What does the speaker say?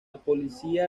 policía